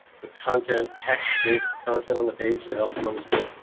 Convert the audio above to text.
the content text base content on the page to help them understand.